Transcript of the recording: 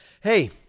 Hey